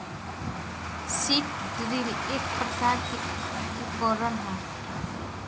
seed drill एक प्रकार के उकरण ह